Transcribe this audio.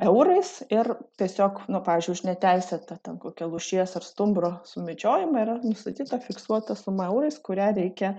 eurais ir tiesiog nu pavyzdžiui už neteisėtą ten kokią lūšies ar stumbro sumedžiojimą yra nustatyta fiksuota suma eurais kurią reikia